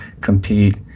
compete